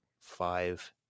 five